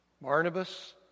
Barnabas